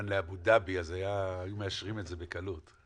לאבו דאבי אז היו מאשרים את זה בקלות,